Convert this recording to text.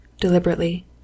deliberately